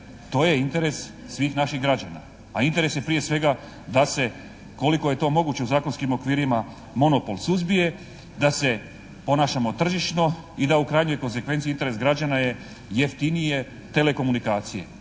to je interes svih naših građana, a interes je prije svega da se koliko je to moguće u zakonskim okvirima monopol suzbije, da se ponašamo tržišno i da u krajnjoj konzekvenci interes građana je jeftinije telekomunikacije